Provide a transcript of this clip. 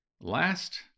Last